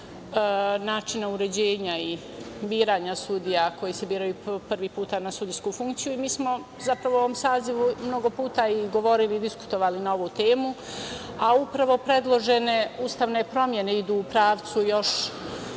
načina uređenja i biranja sudija koji se biraju po prvi put na sudijski funkciju. Mi smo zapravo u ovom sazivu mnogo puta i govorili i diskutovali na ovu temu, a upravo predložene ustavne promene idu u pravcu još